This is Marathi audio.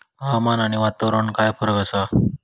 हवामान आणि वातावरणात काय फरक असा?